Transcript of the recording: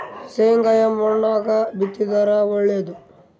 ಶೇಂಗಾ ಯಾ ಮಣ್ಣಾಗ ಬಿತ್ತಿದರ ಒಳ್ಳೇದು?